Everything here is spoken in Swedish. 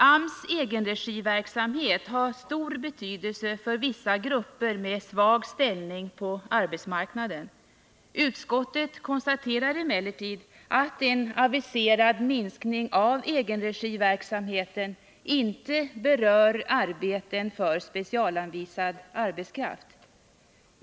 AMS egenregiverksamhet har stor betydelse för vissa grupper med svag ställning på arbetsmarknaden. Utskottet konstaterar emellertid att en aviserad minskning av egenregiverksamheten inte berör arbeten för specialanvisad arbetskraft.